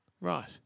Right